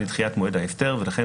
לדחיית מועד ההפטר ולכן